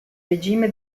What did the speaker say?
regime